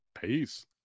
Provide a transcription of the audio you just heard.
Peace